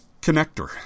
Connector